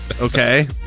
okay